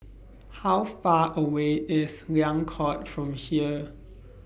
How Far away IS Liang Court from here